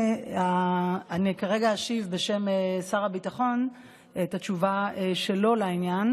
אני כרגע אשיב בשם שר הביטחון את התשובה שלו בעניין.